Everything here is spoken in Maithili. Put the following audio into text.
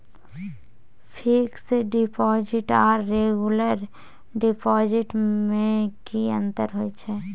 फिक्स डिपॉजिट आर रेगुलर डिपॉजिट में की अंतर होय छै?